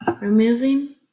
removing